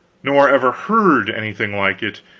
nor ever heard anything like it.